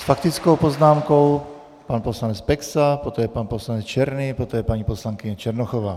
S faktickou poznámkou pan poslanec Peksa, poté pan poslanec Černý, poté paní poslankyně Černochová.